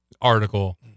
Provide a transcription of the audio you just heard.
article